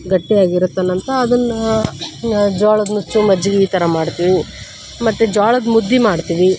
ಗಟ್ಟಿಯಾಗಿರುತ್ತಾನಂತ ಅದನ್ನು ಜೋಳದ ನುಚ್ಚು ಮಜ್ಗೆ ಈ ಥರ ಮಾಡ್ತೀವಿ ಮತ್ತು ಜೋಳದ ಮುದ್ದೆ ಮಾಡ್ತೀವಿ